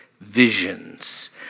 visions